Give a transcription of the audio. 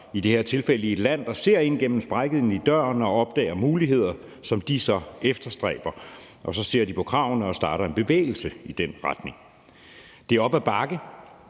i det her tilfælde i et land, der ser ind gennem sprækken i døren – som opdager muligheder, som de så efterstræber, og så ser de på kravene og starter en bevægelse i den retning. Det er op ad bakke;